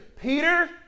Peter